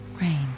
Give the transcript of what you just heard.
rain